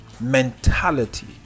mentality